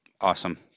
Awesome